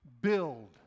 build